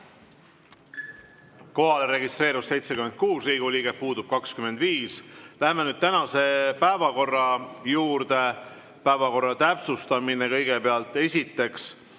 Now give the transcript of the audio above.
registreerus 76 Riigikogu liiget, puudub 25. Läheme nüüd tänase päevakorra juurde. Päevakorra täpsustamine kõigepealt. Esiteks,